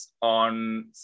on